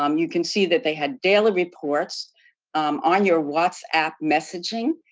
um you can see that they had daily reports on your whatsapp messaging.